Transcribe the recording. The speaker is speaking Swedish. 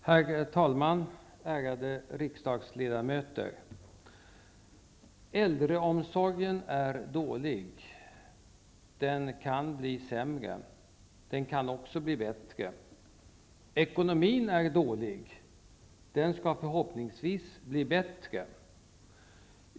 Herr talman! Ärade riksdagsledamöter! Äldreomsorgen är dålig. Den kan bli sämre. Den kan också bli bättre. Ekonomin är dålig. Den skall förhoppningsvis bli bättre.